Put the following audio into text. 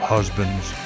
Husbands